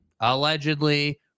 allegedly